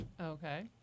okay